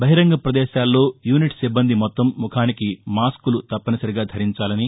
బహిరంగ ప్రదేశాల్లో యూనిట్ సిబ్బంది మొత్తం ముఖానికి మాస్క్లు తప్పనిసరిగా ధరించాలని